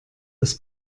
das